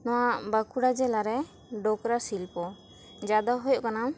ᱱᱚᱣᱟ ᱵᱟᱸᱠᱩᱲᱟ ᱡᱮᱞᱟ ᱨᱮ ᱰᱚᱠᱨᱟ ᱥᱤᱞᱯᱚ ᱡᱟ ᱫᱚ ᱦᱩᱭᱩᱜ ᱠᱟᱱᱟ